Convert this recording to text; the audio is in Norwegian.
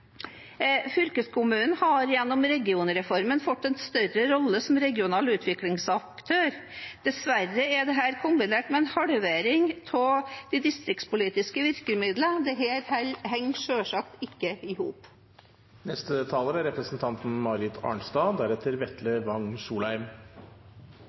Fylkeskommunen har gjennom regionreformen fått en større rolle som regional utviklingsaktør. Dessverre er dette kombinert med en halvering av de distriktspolitiske virkemidlene. Dette henger selvsagt ikke i